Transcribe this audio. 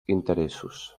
interessos